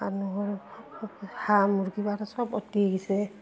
মানুহৰ হাঁহ মুৰ্গী সব উটি আহিছে